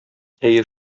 әйе